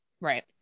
Right